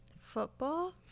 Football